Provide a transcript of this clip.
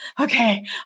okay